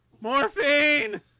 morphine